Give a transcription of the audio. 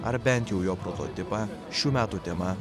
ar bent jau jo prototipą šių metų tema